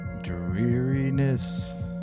dreariness